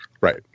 Right